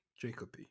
Jacoby